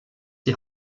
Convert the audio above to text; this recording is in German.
die